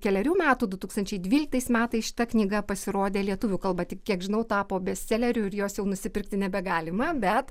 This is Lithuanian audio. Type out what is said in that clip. kelerių metų du tūkstančiai dvyliktais metais šita knyga pasirodė lietuvių kalba tik kiek žinau tapo bestseleriu ir jos jau nusipirkti nebegalima bet